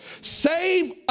save